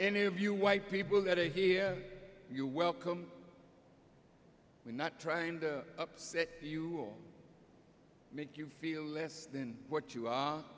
of you white people that are here you're welcome we're not trying to upset you make you feel less than what you are